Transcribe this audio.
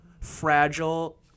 fragile –